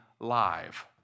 live